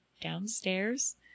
downstairs